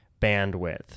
bandwidth